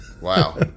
Wow